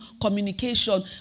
communication